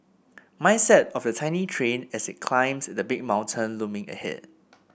mindset of the tiny train as it climbed the big mountain looming ahead